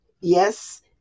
Yes